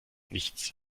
nichts